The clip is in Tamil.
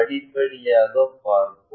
படிப்படியாக பார்ப்போம்